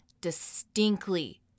distinctly